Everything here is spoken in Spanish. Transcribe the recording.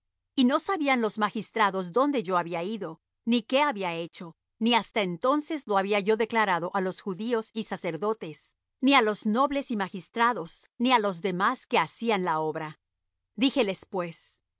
y no sabían los magistrados dónde yo había ido ni qué había hecho ni hasta entonces lo había yo declarado á los judíos y sacerdotes ni á los nobles y magistrados ni á los demás que hacían la obra